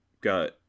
got